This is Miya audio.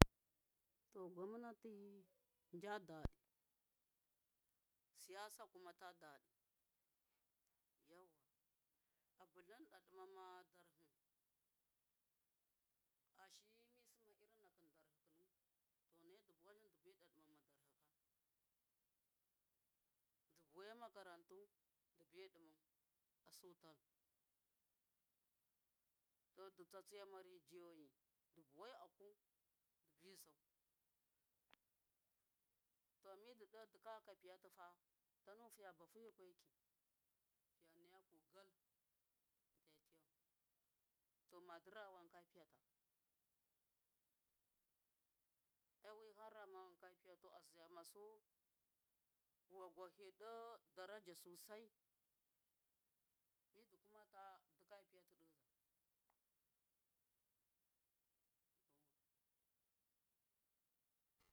To gwamati jaɗaɗi siyasa ja daɗi yanwa abulum ɗaɗuma ma darhi ashiyi misinma irin nakun darhi khunu to nadu buwalum dubi ɗaɗuma darhi dubuwai makarantu dubi ɗumau a sultan du tsatsiyama riji yayi du buwaai aku dubi zau to midu ɗo dikaya ka piyatu fa tana fiya bahu yukweki fiya naya ku gal ata tiyafu to madura wan ka piyata giwiham ramawan ka piyatu a zayama su vuwagwa hiɗe daraja sosai midu kumata dikaya piyati ɗeza.